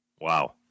Wow